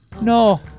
No